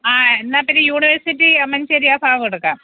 ആ എന്നാൽ പിന്നെ യൂണിവേഴ്സിറ്റി അമ്മഞ്ചേരി ആ ഭാഗം എടുക്കാം